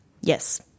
Yes